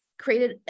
created